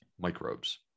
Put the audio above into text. microbes